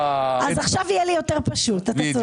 אז עכשיו יהיה לי יותר פשוט, אתה צודק.